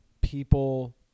people